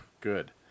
Good